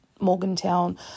Morgantown